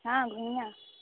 ہاں گھوئیاں